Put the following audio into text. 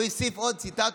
הוא הוסיף עוד ציטטות.